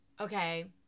okay